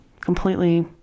completely